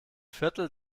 viertel